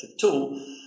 tool